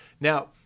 Now